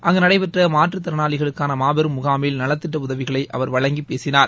அங்கு நடைபெற்ற மாற்றுத் திறனாளிகளுக்கான மாபெரும் முகாமில் நலத்திட்ட உதவிகளை அவர் வழங்கி பேசினார்